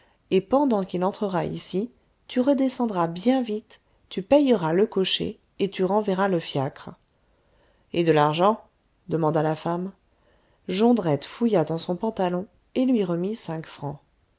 et pendant qu'il entrera ici tu redescendras bien vite tu payeras le cocher et tu renverras le fiacre et de l'argent demanda la femme jondrette fouilla dans son pantalon et lui remit cinq francs